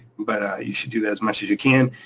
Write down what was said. but you should do that as much as you can.